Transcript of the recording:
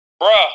Bruh